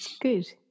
good